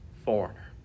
foreigner